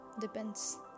Depends